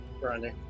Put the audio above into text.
brandy